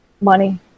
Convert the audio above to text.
money